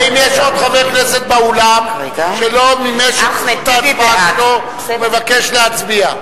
האם יש עוד חבר כנסת באולם שלא מימש את זכות ההצבעה שלו ומבקש להצביע?